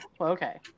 okay